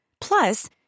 Plus